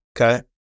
Okay